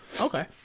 Okay